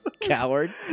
Coward